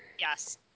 Yes